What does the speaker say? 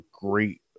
great